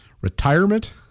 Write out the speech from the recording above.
retirement